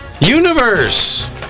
Universe